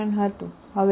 એ ξ છે η એ છે બરાબર